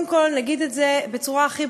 שמי שהזמין את הדוח שלי יושב כיושב-ראש הכנסת,